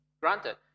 Granted